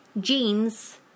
Jeans